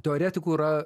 teoretikų yra